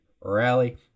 rally